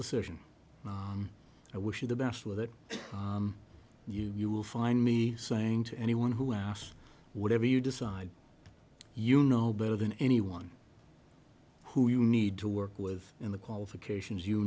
decision and i wish you the best with it you will find me saying to anyone who asks whatever you decide you know better than anyone who you need to work with and the qualifications you